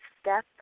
step